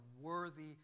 worthy